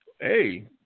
Hey